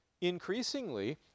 increasingly